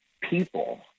people